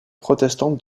protestante